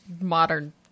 modern